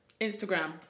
Instagram